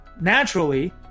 Naturally